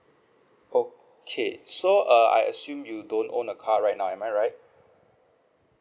okay so uh I assume you don't own a car right now am I right